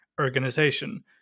organization